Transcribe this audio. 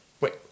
wait